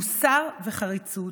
מוסר וחריצות.